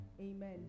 amen